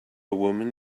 woman